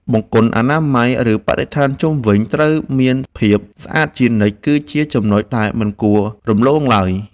បង្គន់អនាម័យ ឬ បរិស្ថានជុំវិញត្រូវមានភាពស្អាតជានិច្ចគឺជាចំណុចដែលមិនគួររំលងឡើយ។